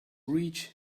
rich